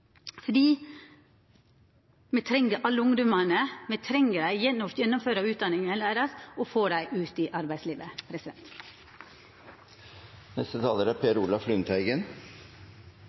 me treng alle ungdomane, me treng å få dei til å gjennomføra utdanninga og å få dei ut i arbeidslivet. Dette er